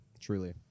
Truly